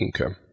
Okay